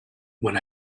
when